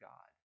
God